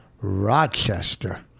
Rochester